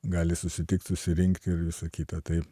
gali susitikt susirinkt ir visa kita tai